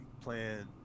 playing